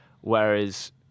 Whereas